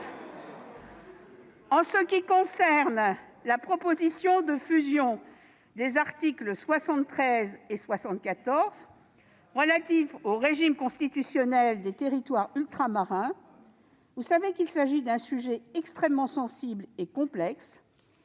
! S'agissant de la proposition de fusion des articles 73 et 74 de la Constitution relatifs au régime constitutionnel des territoires ultramarins, vous savez qu'il s'agit d'un sujet extrêmement sensible et complexe.